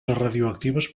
radioactives